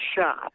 shot